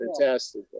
fantastic